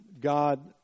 God